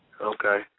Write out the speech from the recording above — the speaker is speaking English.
Okay